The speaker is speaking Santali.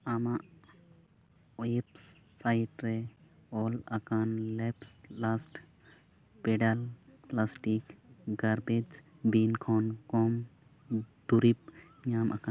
ᱟᱢᱟᱜ ᱣᱮᱵᱽᱥᱟᱭᱤᱴ ᱨᱮ ᱚᱞ ᱟᱠᱟᱱ ᱞᱮᱯᱥᱞᱟᱥᱴ ᱯᱮᱰᱟᱞ ᱯᱞᱟᱥᱴᱤᱠ ᱜᱟᱨᱵᱮᱡᱽ ᱵᱤᱱ ᱠᱷᱚᱱ ᱠᱚᱢ ᱫᱩᱨᱤᱵᱽ ᱧᱟᱢ ᱟᱠᱟᱱᱟ